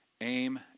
aim